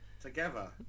Together